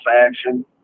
action